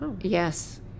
yes